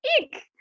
Eek